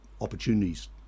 opportunities